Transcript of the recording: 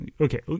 okay